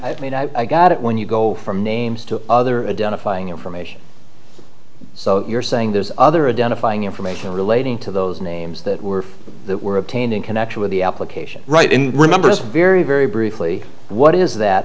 i mean i got it when you go from names to other down a flying information so you're saying there's other a den of flying information relating to those names that were that were obtained in connection with the application right in remembers very very briefly what is that